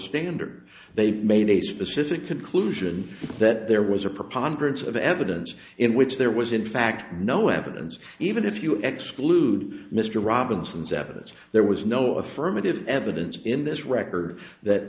standard they made a specific conclusion that there was a preponderance of evidence in which there was in fact no evidence even if you exclude mr robinson's evidence there was no affirmative evidence in this record that